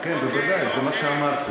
כן, בוודאי, זה מה שאמרתי.